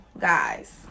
guys